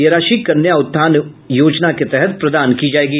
यह राशि कन्या उत्थान योजना के तहत प्रदान की जायेगी